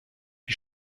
wie